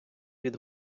від